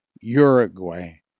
Uruguay